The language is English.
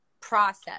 process